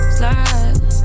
slide